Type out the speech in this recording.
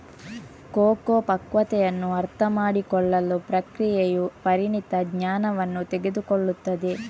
cocoa ಪಕ್ವತೆಯನ್ನು ಅರ್ಥಮಾಡಿಕೊಳ್ಳಲು ಪ್ರಕ್ರಿಯೆಯು ಪರಿಣಿತ ಜ್ಞಾನವನ್ನು ತೆಗೆದುಕೊಳ್ಳುತ್ತದೆ